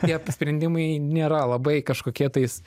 tie sprendimai nėra labai kažkokie tais